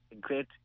great